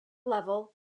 level